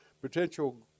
potential